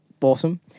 Awesome